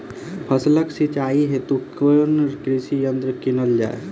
फसलक सिंचाई हेतु केँ कृषि यंत्र कीनल जाए?